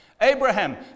Abraham